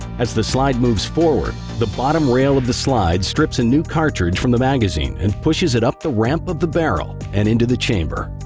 as the slide moves forward, the bottom rail of the slide strips a new cartridge from the magazine and pushes it up the ramp of the barrel and into the chamber.